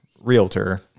realtor